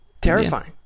terrifying